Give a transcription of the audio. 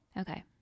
Okay